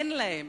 אין להם.